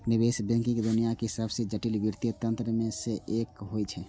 निवेश बैंकिंग दुनियाक सबसं जटिल वित्तीय तंत्र मे सं एक होइ छै